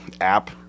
app